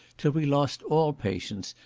till we lost all patience,